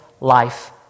life